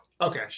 okay